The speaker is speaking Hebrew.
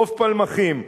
חוף פלמחים,